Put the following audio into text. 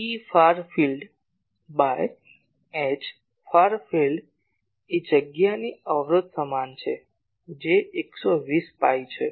Efar field by Hfar field એ જગ્યાની અવરોધ સમાન છે જે 120 પાઇ છે